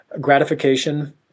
gratification